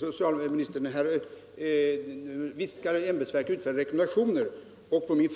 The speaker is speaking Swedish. Herr talman! Visst kan ett ämbetsverk utfärda rekommendationer, men